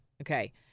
Okay